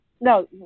No